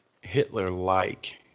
hitler-like